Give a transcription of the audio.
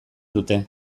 dute